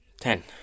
Ten